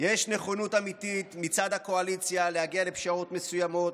יש נכונות אמיתית מצד הקואליציה להגיש לפשרות מסוימות",